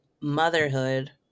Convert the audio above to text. motherhood